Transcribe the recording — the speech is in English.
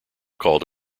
called